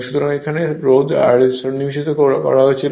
সুতরাং এখানে একটি রোধ R সন্নিবেশ করা হয়েছিল